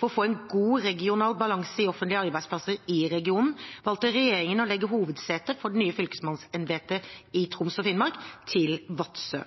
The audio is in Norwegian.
For å få en god regional balanse i offentlige arbeidsplasser i regionen valgte regjeringen å legge hovedsetet for det nye fylkesmannsembetet i Troms og Finnmark til Vadsø.